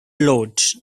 load